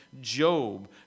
Job